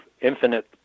infinite